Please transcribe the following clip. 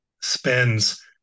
spends